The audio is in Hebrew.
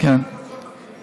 כן, ודאי.